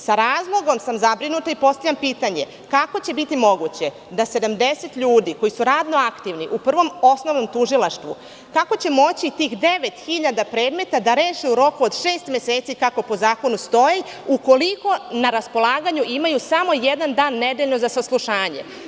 Sa razlogom sam zabrinuta i postavljam pitanje – kako će biti moguće da 70 ljudi koji su radno aktivni u Prvom osnovnom tužilaštvu, kako će moći tih devet hiljada predmeta da reše u roku od šest meseci, kako po zakonu stoji, ukoliko na raspolaganju imaju samo jedan dan nedeljno za saslušanje.